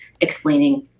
explaining